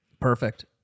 perfect